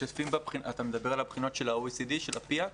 אתה מדבר על הבחינות של ה-OECD, של ה-PIAAC?